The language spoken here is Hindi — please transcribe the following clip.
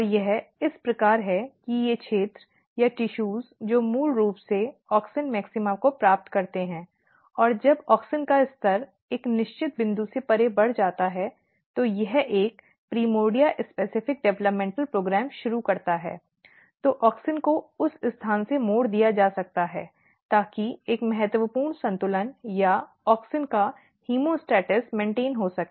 और यह इस प्रकार है कि वे क्षेत्र या ऊतक जो मूल रूप से ऑक्सिन मैक्सिमा को प्राप्त करते हैं और जब ऑक्सिन का स्तर एक निश्चित बिंदु से परे बढ़ जाता है तो यह एक प्राइमर्डिया विशिष्ट विकासात्मक कार्यक्रम शुरू करता है तो ऑक्सिन को उस स्थान से मोड़ दिया जा सकता है ताकि एक महत्वपूर्ण संतुलन या ऑक्सिन का होमोस्टैसिस मेन्टेन्ड हो सके